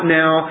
now